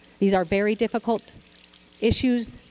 these are very difficult issues.